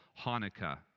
Hanukkah